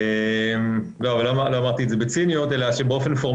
לא אמרתי את זה בציניות -- גם אני לא.